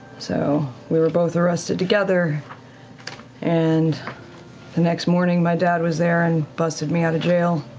so we were both arrested together and the next morning my dad was there and busted me out of jail,